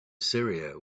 syria